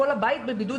כל הבית בבידוד,